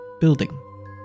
building